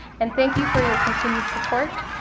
and thank you for your continued support,